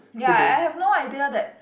ya I I have no idea that